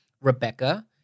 Rebecca